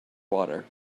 water